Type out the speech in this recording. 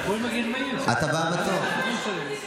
מה זה הדבר הזה?